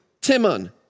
Timon